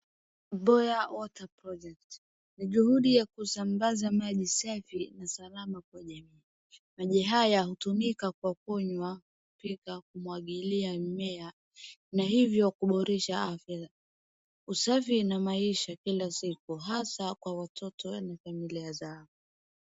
Boya water project, ni juhudi ya kusambaza maji safi na salama kwa jamii. Maji haya hutumika kwa kunywa, kupika, kumwagilia mimea na hivyo kuboresha afya, usafi na maisha kila siku hasa kwa watoto na familia zao.